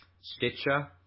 Stitcher